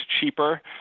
cheaper